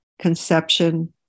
conception